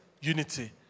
unity